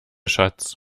schatz